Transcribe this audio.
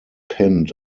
pinned